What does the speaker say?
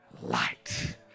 light